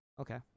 Okay